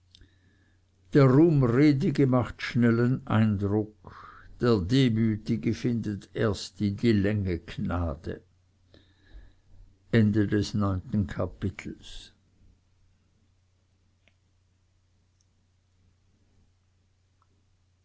der ruhmredige macht schnellen eindruck der demütige findet erst in die länge gnade